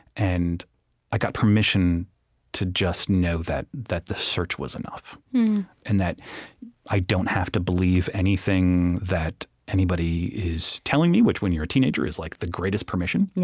and i got permission to just know that that the search was enough and that i don't have to believe anything that anybody is telling me, which, when you're a teenager, is like the greatest permission,